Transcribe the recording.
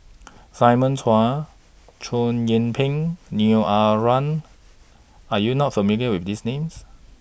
Simon Chua Chow Yian Ping Neo Ah Luan Are YOU not familiar with These Names